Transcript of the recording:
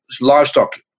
livestock